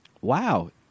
Wow